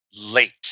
late